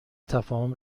تفاهم